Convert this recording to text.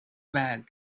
bag